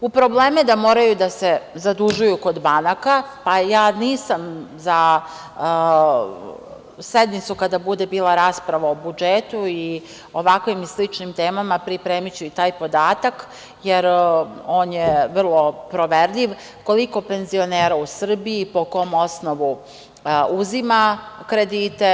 U probleme da moraju da se zadužuju kod banaka, a ja nisam za sednicu kada bude bila rasprava o budžetu i ovakvim i sličnim temama, pripremiću i taj podatak, jer on je vrlo proverljiv, koliko penzionera u Srbiji, po kom osnovu, uzima kredite.